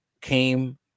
came